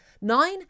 nine